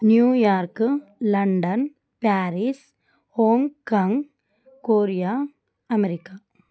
New York London Paris Hong Kong Korea America